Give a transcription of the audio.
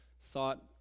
thought